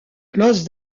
klaus